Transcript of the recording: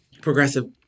progressive